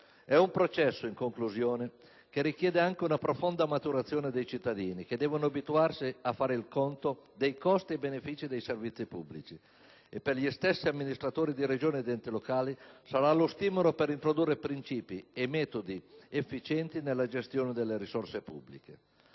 È un processo, in conclusione, che richiede anche una profonda maturazione dei cittadini, che devono abituarsi a fare il conto dei costi e benefici dei servizi pubblici. E per gli stessi amministratori di Regioni ed enti locali sarà lo stimolo per introdurre principi e metodi efficienti nella gestione delle risorse pubbliche.